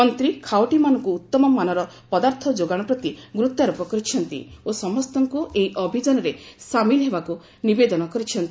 ମନ୍ତ୍ରୀ ଖାଉଟିମାନଙ୍କୁ ଉତ୍ତମ ମାନର ପଦାର୍ଥ ଯୋଗାଣ ପ୍ରତି ଗୁରୁତ୍ୱ ଆରୋପ କରିଛନ୍ତି ଓ ସମସ୍ତଙ୍କୁ ଏହି ଅଭିଯାନରେ ସାମିଲ୍ ହେବାକୁ ନିବେଦନ କରିଛନ୍ତି